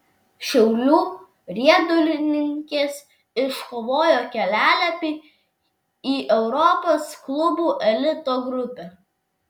šiaulių riedulininkės iškovojo kelialapį į europos klubų elito grupę